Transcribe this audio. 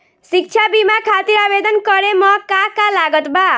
शिक्षा बीमा खातिर आवेदन करे म का का लागत बा?